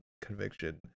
conviction